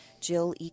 Jill